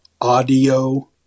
audio